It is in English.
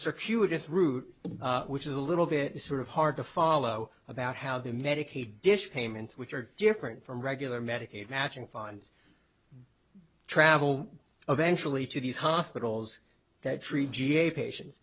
circuitous route which is a little bit sort of hard to follow about how the medicaid dish payments which are different from regular medicaid matching funds travel eventually to these hospitals that treat ga patients